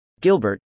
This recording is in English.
Gilbert